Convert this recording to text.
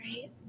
Right